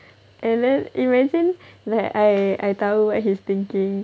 and then imagine I I tahu what he's thinking